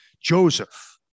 Joseph